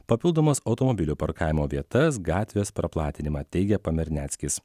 papildomas automobilių parkavimo vietas gatvės praplatinimą teigė pamerneckis